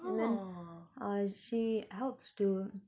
and then uh she helps to